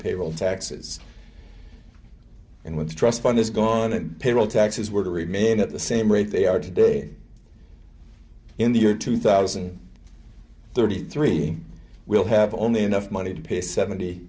payroll taxes and with the trust fund is gone and payroll taxes were to remain at the same rate they are today in the year two thousand and thirty three will have only enough money to pay seventy